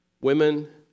Women